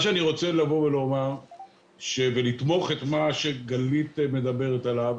אני רוצה לתמוך במה שגלית אמרה,